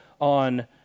on